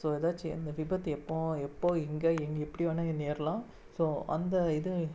so ஏதாச்சும் இந்த விபத்து எப்போது எப்போது எங்க எப்படி வேணுனா நேரலாம் ஸோ அந்த இது